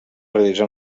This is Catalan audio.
realitzar